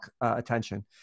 attention